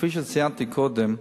כפי שציינתי קודם,